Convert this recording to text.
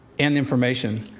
and information.